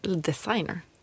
designer